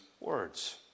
words